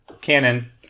canon